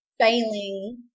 failing